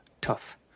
tough